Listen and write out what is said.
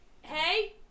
Hey